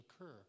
occur